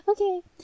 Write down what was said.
okay